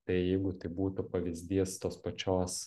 tai jeigu tai būtų pavyzdys tos pačios